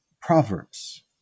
Proverbs